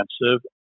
expensive